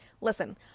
Listen